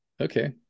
Okay